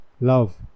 love